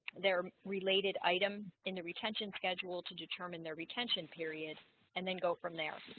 their related item in the retention schedule to determine their retention period and then go from there,